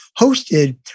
hosted